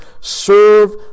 Serve